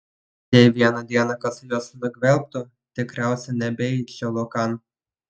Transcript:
jei vieną dieną kas juos nugvelbtų tikriausiai nebeičiau laukan